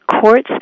courts